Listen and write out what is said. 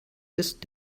ist